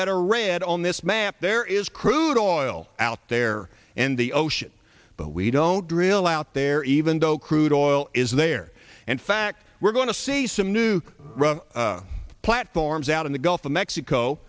that are red on this map there is crude oil out there and the ocean but we don't drill out there even though crude oil is there and fact we're going to see some new platforms out in the gulf of mexico